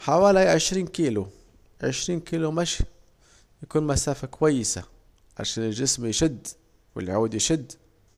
حوالي عشرين كيلو، عشرين كيلو مشي يكون مسافة كويسة، عشان الجسم يشد والعود يشد